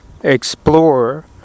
explore